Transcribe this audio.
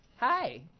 Hi